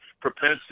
propensity